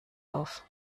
auf